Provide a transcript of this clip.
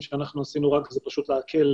כשפרסמנו איזה שהוא קו סיוע,